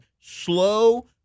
slow